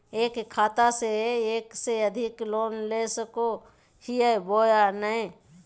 एक खाता से एक से अधिक लोन ले सको हियय बोया नय?